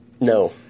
No